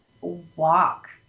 walk